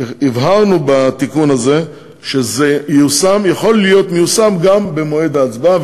הבהרנו בתיקון הזה שזה יכול להיות מיושם גם במועד ההצבעה,